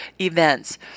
Events